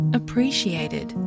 appreciated